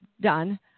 done